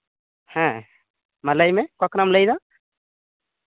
ᱦᱮᱸ ᱢᱟ ᱞᱟᱹᱭᱢᱮ ᱚᱠᱟ ᱠᱷᱚᱱᱟᱜ ᱮᱢ ᱞᱟᱹᱭᱫᱟ